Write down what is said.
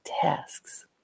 tasks